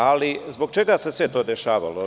Ali, zbog čega se sve to dešavalo?